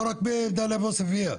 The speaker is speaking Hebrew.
לא רק בדאליה ועוספיה,